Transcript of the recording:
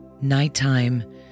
Nighttime